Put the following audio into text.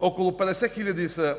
около 50 хиляди